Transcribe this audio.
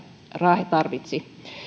raahe tarvitsi